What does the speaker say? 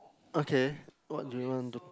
okay what do you want to